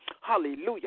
Hallelujah